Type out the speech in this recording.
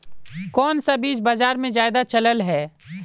कोन सा बीज बाजार में ज्यादा चलल है?